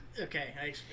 Okay